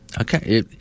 Okay